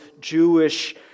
Jewish